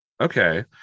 Okay